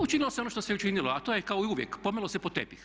Učinilo se ono što se učinilo, a to je kao i uvijek pomelo se pod tepih.